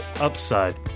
upside